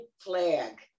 flag